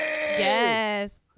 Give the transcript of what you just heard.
Yes